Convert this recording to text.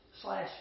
slash